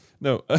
No